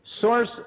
source